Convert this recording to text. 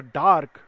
dark